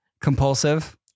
compulsive